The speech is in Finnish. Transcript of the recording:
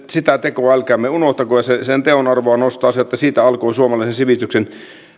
sitä tekoa älkäämme unohtako ja sen teon arvoa nostaa se että siitä alkoi suomalaisen sivistyksen